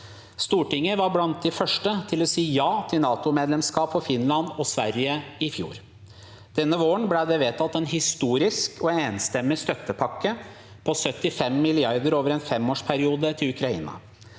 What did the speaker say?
Stortinget var blant de første til å si ja til NATO-medlemskap for Finland og Sverige i fjor. Denne våren ble det vedtatt en historisk og enstemmig støttepakke på 75 mrd. kr over en femårsperiode til Ukraina.